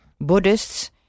Buddhists